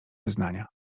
wyznania